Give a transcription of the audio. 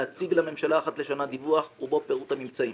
להציג לממשלה אחת לשנה דיווח ובו פירוט הממצאים.